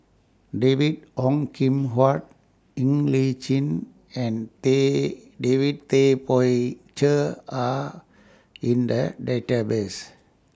David Ong Kim Huat Ng Li Chin and David Tay Poey Cher Are in The Database